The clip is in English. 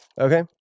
Okay